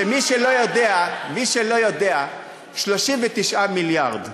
שמי שלא יודע: 39 מיליארד,